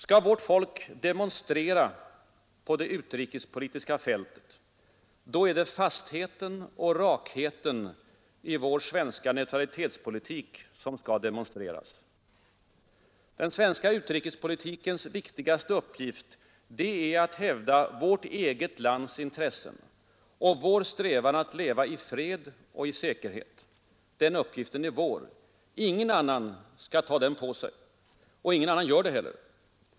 Skall vårt land demonstrera på det utrikespolitiska fältet, då är det fastheten och rakheten i vår svenska neutralitetspolitik som skall demonstreras. Den svenska utrikespolitikens viktigaste uppgift är att hävda vårt eget lands intressen och vår strävan att leva i fred och säkerhet. Den uppgiften är vår. Ingen annan skall ta den på sig, och ingen annan gör det heller.